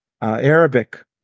Arabic